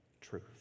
truth